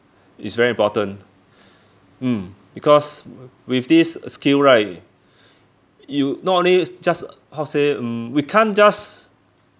is very important mm because with this skill right you not only just how to say mm we can't just